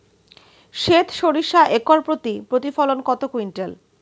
সেত সরিষা একর প্রতি প্রতিফলন কত কুইন্টাল?